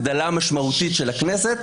הגדלה משמעותית של הכנסת,